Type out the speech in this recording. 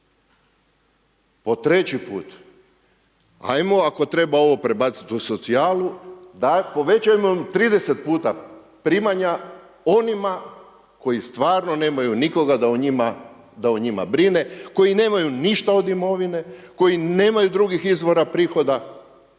po treći put, ajmo ako treba ovo prebaciti u socijalu, povećajmo im 30 puta primanja onima koji stvarno nemaju nikoga da o njima brine, koji nemaju ništa od imovine, koji nemaju drugih izvora prihoda